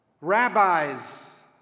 Rabbis